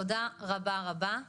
תודה רבה רבה.